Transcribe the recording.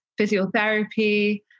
physiotherapy